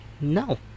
No